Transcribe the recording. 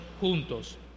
juntos